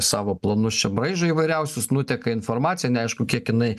savo planus čia braižo įvairiausius nuteka informacija neaišku kiek jinai